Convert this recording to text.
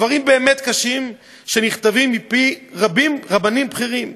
דברים באמת קשים שנכתבים מפי רבנים בכירים,